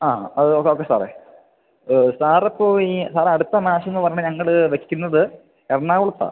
ആ അത് okay okay സാറെ സാറുപോയി സാറടുത്ത മേച്ചെന്നു പറഞ്ഞിട്ട് ഞങ്ങൾ വെക്കുന്നത് എറണാകുളത്താണ്